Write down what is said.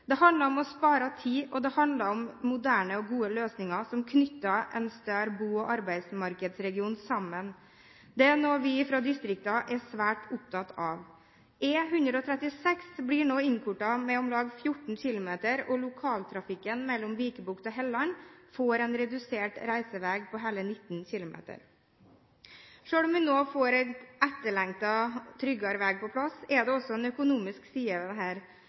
Det handler om å spare tid, og det handler om moderne og gode løsninger som knytter en større bo- og arbeidsmarkedsregion sammen. Det er noe vi fra distriktene er svært opptatt av. E136 blir nå forkortet med 14 km, og lokaltrafikken mellom Vikebukt og Helland får en redusert reisevei med hele 19 km. Selv om vi nå får en etterlengtet og tryggere vei på plass, er det også en økonomisk side ved dette som for noen kan virke mer belastende enn for andre. Det